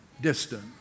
distant